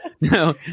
no